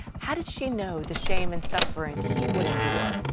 how did she know the shame and suffering he would endure?